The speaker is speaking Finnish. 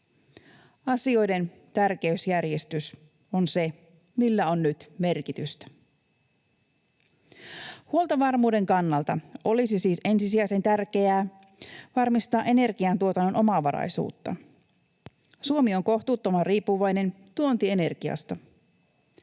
Asioiden tärkeysjärjestys on se, millä on nyt merkitystä. Huoltovarmuuden kannalta olisi siis ensisijaisen tärkeää varmistaa energiantuotannon omavaraisuutta. Suomi on kohtuuttoman riippuvainen tuontienergiasta.